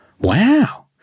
Wow